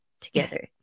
together